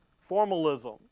formalism